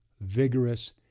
vigorous